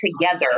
together